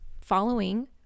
following